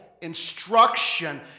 instruction